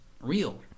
real